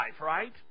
right